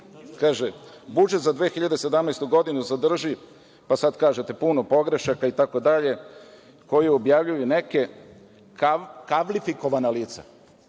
kaže – budžet za 2017. godinu sadrži, pa sad kažete puno pogrešaka, itd, koji objavljuju neke „kavlifikovana lica“,